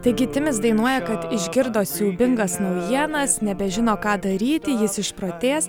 taigi timis dainuoja kad išgirdo siaubingas naujienas nebežino ką daryti jis išprotėjęs